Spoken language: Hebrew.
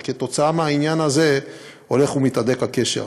וכתוצאה מהעניין הזה הולך ומתהדק הקשר.